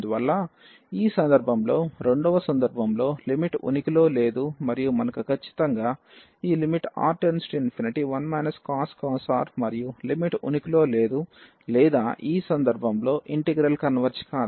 అందువల్ల ఈ సందర్భంలో రెండవ సందర్భంలో లిమిట్ ఉనికిలో లేదు మరియు మనకు ఖచ్చితంగా ఈ lim⁡R→∞1 cos R మరియు లిమిట్ ఉనికిలో లేదు లేదా ఈ సందర్భంలో ఇంటిగ్రల్ కన్వెర్జ్ కాదు